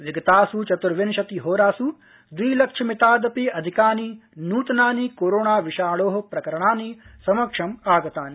विगतासु चतुर्विंशतिहोरासु द्विलक्षमितादपि अधिकानि नूतनानि कोरोणा विषाणो प्रकरणानि समक्षम् आगतानि